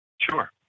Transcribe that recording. Sure